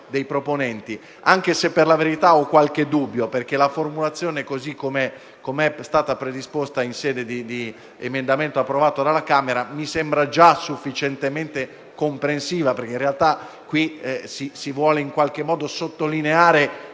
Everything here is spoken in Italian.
anche se per la verità ho qualche dubbio, perché la formulazione, così com'è stata predisposta in sede di emendamento approvato dalla Camera, mi sembra già sufficientemente comprensiva, perché in realtà qui si vuole in qualche modo sottolineare